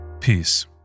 Peace